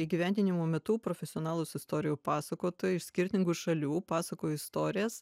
įgyvendinimo metu profesionalūs istorijų pasakotojai iš skirtingų šalių pasakojo istorijas